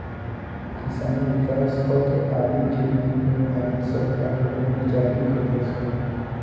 किसान विकास पत्र आदि के रूप में भारत सरकार बांड जारी कईलस ह